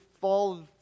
fall